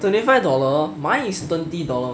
twenty five dollar mine is twenty dollar only eh